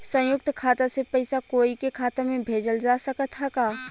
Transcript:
संयुक्त खाता से पयिसा कोई के खाता में भेजल जा सकत ह का?